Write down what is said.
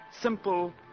Simple